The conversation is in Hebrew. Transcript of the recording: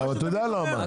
אתה יודע למה.